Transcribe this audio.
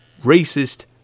Racist